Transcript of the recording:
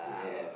yes